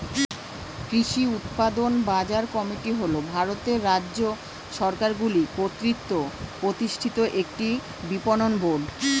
কৃষি উৎপাদন বাজার কমিটি হল ভারতের রাজ্য সরকারগুলি কর্তৃক প্রতিষ্ঠিত একটি বিপণন বোর্ড